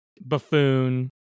buffoon